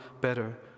better